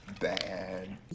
bad